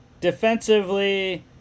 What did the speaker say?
defensively